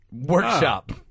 Workshop